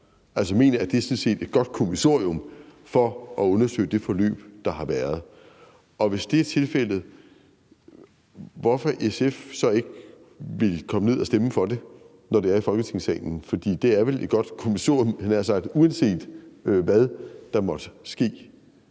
altså mener, at det sådan set er et godt kommissorium for at undersøge det forløb, der har været. Hvis det er tilfældet, hvorfor vil SF så ikke komme ned og stemme for det, når det er i Folketingssalen, for det er vel et godt kommissorium, havde jeg nær sagt, uanset hvad der måtte ske?